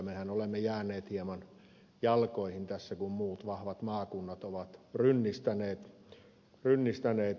mehän olemme jääneet hieman jalkoihin tässä kun muut vahvat maakunnat ovat rynnistäneet